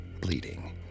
bleeding